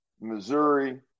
Missouri